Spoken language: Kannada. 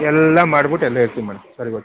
ಎಲ್ಲ ಮಾಡ್ಬಿಟ್ ಎಲ್ಲ ಹೇಳ್ತೀನಿ ಮೇಡಮ್ ಸರಿ ಓಕೆ